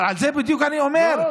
אבל על זה בדיוק אני אומר.